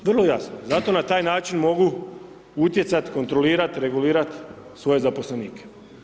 Vrlo jasno, zato na taj način mogu utjecat, kontrolirat, regulirat svoje zaposlenike.